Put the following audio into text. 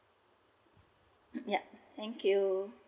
yup thank you